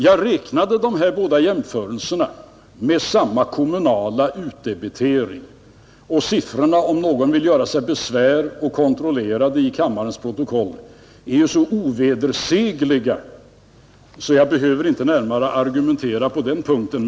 Jag gjorde dessa båda jämförelser med samma kommunala utdebitering, och siffrorna — om någon vill göra sig besväret att kontrollera dem i kammarens protokoll — är ju så ovedersägliga att jag inte närmare Nr 98 behöver argumentera på den punkten.